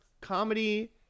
Comedy